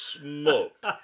smoked